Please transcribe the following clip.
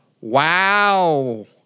Wow